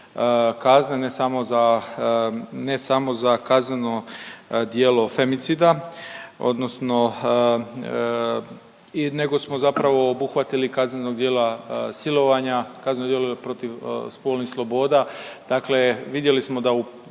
za, ne samo za kazneno djelo femicida odnosno nego smo zapravo obuhvatili kaznena djela silovanja, kazneno djelo protiv spolnih sloboda. Dakle, vidjeli smo da u